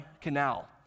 Canal